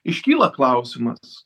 iškyla klausimas